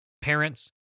parents